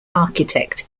architect